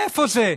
איפה זה?